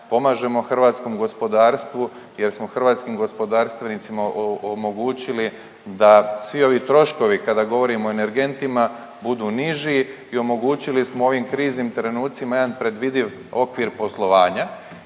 pomažemo hrvatskom gospodarstvu jer smo hrvatskim gospodarstvenicima omogućili da svi ovi troškovi kada govorimo o energentima budu niži i omogućili smo u ovim kriznim trenucima jedan predvidiv okvir poslovanja